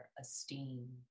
esteem